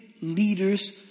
leaders